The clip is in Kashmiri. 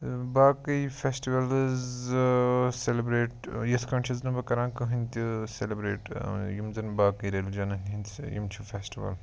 ٲں باقٕے فیٚسٹِوَلٕز سیٚلِبرٛیٹ یِتھ کٔنۍ چھُس نہٕ بہٕ کَران کٕہٲنۍ تہِ سیٚلِبرٛیٹ ٲں یِم زَن باقٕے ریٚلِجَنَن ہنٛدۍ یِم چھِ فیٚسٹِول